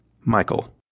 Michael